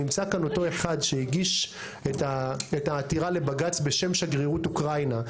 שנמצא כאן אותו אחד שהגיש את העתירה לבג"ץ בשם שגרירות אוקראינה,